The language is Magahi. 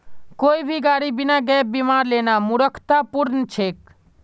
कोई भी गाड़ी बिना गैप बीमार लेना मूर्खतापूर्ण छेक